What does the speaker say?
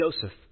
Joseph